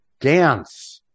dance